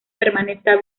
permanezca